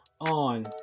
on